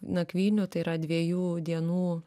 nakvynių tai yra dviejų dienų